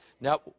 Now